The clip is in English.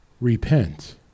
Repent